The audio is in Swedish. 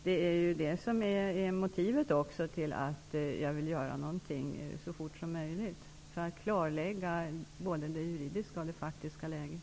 Det är det som är motivet till att jag vill göra något så fort som möjligt för att klarlägga både det juridiska och det faktiska läget.